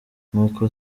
nk’uko